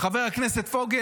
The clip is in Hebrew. חבר הכנסת פוגל,